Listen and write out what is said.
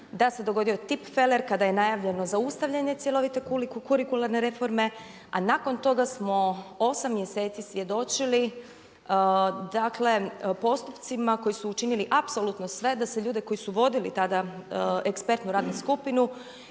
da se dogodio tipfeler kada je najavljeno zaustavljanje cjelovite kurikularne reforme a nakon toga smo 8 mjeseci svjedočili dakle postupcima koji su učinili apsolutno sve da se ljude koji su vodili tada ekspertnu radnu skupinu